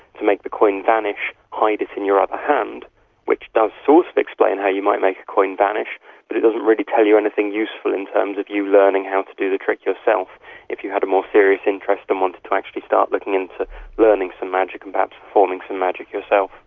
to make the coin vanish, hide it in your other hand which does so sort of explain how you might make a coin vanish but it doesn't really tell you anything useful in terms of you learning how to do the trick yourself if you had a more serious interest and wanted to actually start looking into learning some magic and perhaps performing some magic yourself.